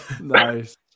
Nice